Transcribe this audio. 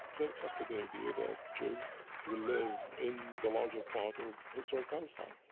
they accepted the idea that jews will live in the larger part of historic palestine,